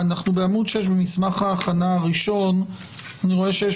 אנחנו בעמוד 6 במסמך ההכנה הראשון ואני רואה שיש